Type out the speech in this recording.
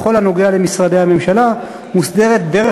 בכל הקשור למשרדי הממשלה מוסדרת דרך